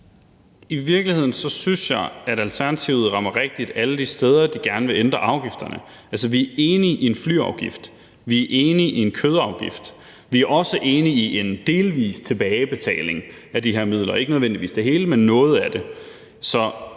I virkeligheden synes jeg, at Alternativet rammer rigtigt alle de steder, de gerne vil ændre afgifterne. Altså, vi er enige i en flyafgift, vi er enige i en kødafgift, og vi er også enige i en delvis tilbagebetaling af de her midler, ikke nødvendigvis af det hele, men noget af det.